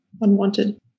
unwanted